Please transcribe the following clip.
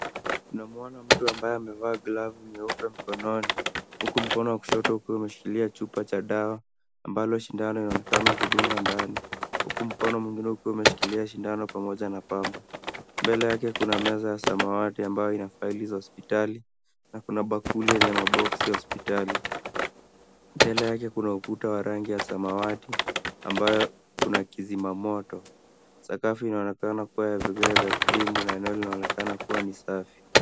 Tunamwona mtu ambaye amevaa glavu nyeupe mkononi, huku mkono wa kushoto ukiwa umeshikilia chupa cha dawa ambalo sindano linaonekana kudunga ndani, huku mkono mwingine ukiwa umeshikilia sindano pamoja na pamba. Mbele yake kuna meza ya samawati ambayo ina faili za hospitali na kuna bakuli yenye maboksi hospitali. Mbele yake kuna ukuta wa rangi ya samawati ambayo kuna kizima moto. Sakafu inaonekana kuwa ya vigae vya krimu na eneo linaonekana kuwa ni safi.